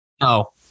No